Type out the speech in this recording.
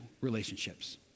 relationships